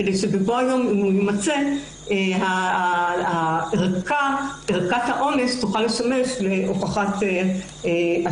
כדי שבבוא היום אם יימצא ערכת האונס תוכל לשמש להוכחת אשמתו.